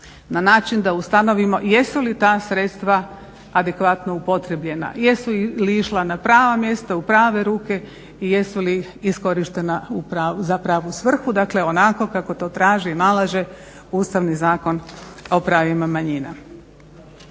na način da ustanovimo jesu li ta sredstva adekvatno upotrjebljena, jesu li išla na prava mjesta u prave ruke i jesu li iskorištena za pravu svrhu dakle onako kako to traži i nalaže Ustavni zakon o pravima manjina.